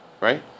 Right